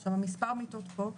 עכשיו המספר מיטות פה,